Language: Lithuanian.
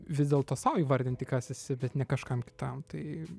vis dėlto sau įvardinti kas esi bet ne kažkam kitam tai